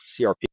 crp